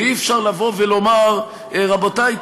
ואי-אפשר לבוא ולומר: רבותי,